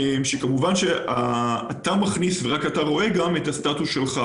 כמובן שאתה מכניס ורק אתה רואה את הסטטוס שלך,